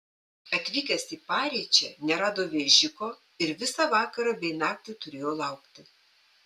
atvykęs į pariečę nerado vežiko ir visą vakarą bei naktį turėjo laukti